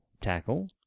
tackle